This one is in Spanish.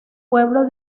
pueblo